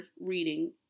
reading